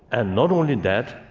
and not only that,